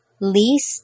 least